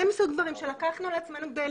זה מסוג הדברים שלקחנו על עצמנו כדי